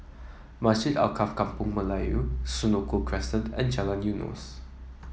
Masjid Alkaff Kampung Melayu Senoko Crescent and Jalan Eunos